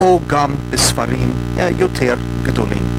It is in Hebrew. או גם בספרים, אה. יותר גדולים